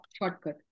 shortcut